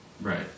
Right